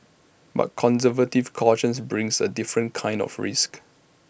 but conservative caution brings A different kind of risk